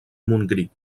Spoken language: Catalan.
montgrí